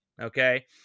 Okay